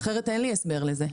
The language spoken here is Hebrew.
אחרת אין לי הסבר לזה.